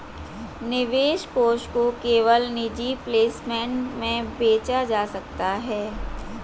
निवेश कोष को केवल निजी प्लेसमेंट में बेचा जा सकता है